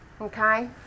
Okay